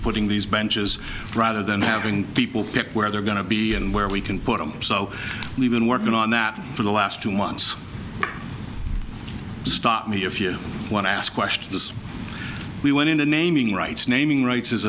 putting these benches rather than having people fit where they're going to be and where we can put them so we've been working on that for the last two months stop me if you want to ask questions we went into naming rights naming rights